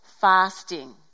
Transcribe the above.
fasting